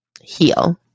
heal